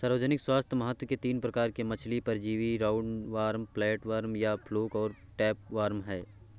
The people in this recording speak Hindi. सार्वजनिक स्वास्थ्य महत्व के तीन प्रकार के मछली परजीवी राउंडवॉर्म, फ्लैटवर्म या फ्लूक और टैपवार्म है